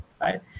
right